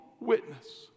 witness